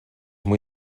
muy